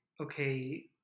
okay